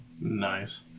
Nice